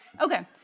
Okay